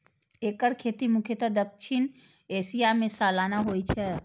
एकर खेती मुख्यतः दक्षिण एशिया मे सालाना होइ छै